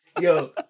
Yo